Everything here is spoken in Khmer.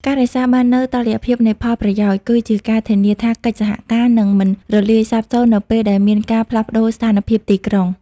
ការរក្សាបាននូវ "តុល្យភាពនៃផលប្រយោជន៍" គឺជាការធានាថាកិច្ចសហការនឹងមិនរលាយសាបសូន្យនៅពេលដែលមានការផ្លាស់ប្តូរស្ថានភាពទីផ្សារ។